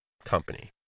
Company